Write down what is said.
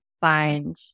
find